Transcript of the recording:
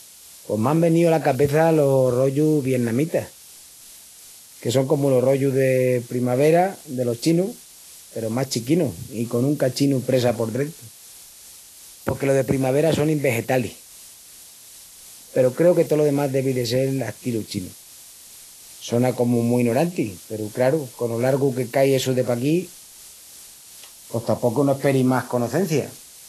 Pos m'án veníu ala cabeça los rollus vietnamitas. Que son comu los rollus de primavera delos chinus peru más chiquinus i con un cachinu presa por drentu. Porque los de primavera sonin vegetalis. Peru creu que tolo demás devi de sel astilu chinu. Sona comu mu inoranti peru, craru, cono largu que cai essu de paquí, pos tapocu no esperis más conocencia.